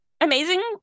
amazing